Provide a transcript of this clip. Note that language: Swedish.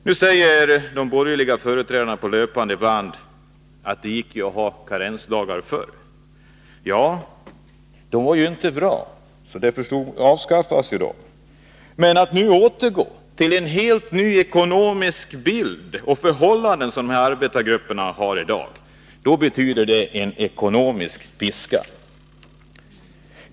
Nu säger de borgerliga företrädarna på löpande band att det gick ju att ha karensdagar förr. Ja, men det var ju inte bra, och därför avskaffades de. Att nu återgå — med de helt nya ekonomiska förhållanden som arbetargrupperna har i dag — betyder en ekonomisk piska.